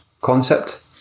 Concept